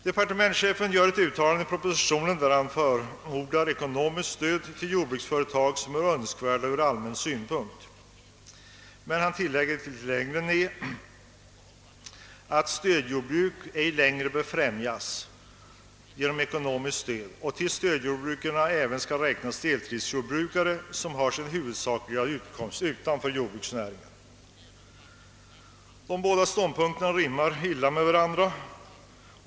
Departementschefen förordar i propositionen ekonomiskt stöd till jordbruksföretag som är önskvärda från allmän synpunkt, men han tillägger litet längre fram, att stödjejordbruk ej längre bör främjas genom ekonomiskt stöd; till stödjebruk skall även räknas deltidsjordbruk, vars utövare har sin huvudsakliga utkomst utanför jordbruksnäringen. Dessa båda ståndpunkter rimmar illa med varandra.